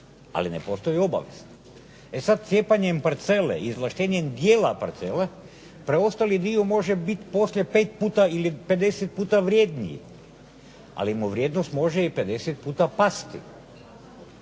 ali ne postoji obaveza. E sad cijepanjem parcele i izvlaštenjem dijela parcele preostali dio može biti poslije pet puta, ili 50 puta vrjedniji, ali mu vrijednost može i 50 puta pasti.